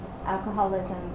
alcoholism